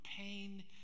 pain